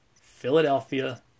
Philadelphia